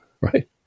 right